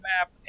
map